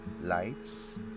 lights